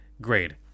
grade